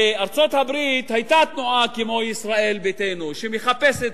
בארצות-הברית היתה תנועה כמו ישראל ביתנו, שמחפשת